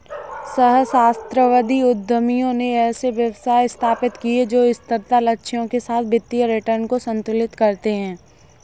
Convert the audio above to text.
सहस्राब्दी उद्यमियों ने ऐसे व्यवसाय स्थापित किए जो स्थिरता लक्ष्यों के साथ वित्तीय रिटर्न को संतुलित करते हैं